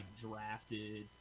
drafted